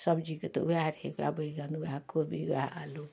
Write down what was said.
सबजीके तऽ वएह छै वएह बैगन वएह कोबी वएह आलू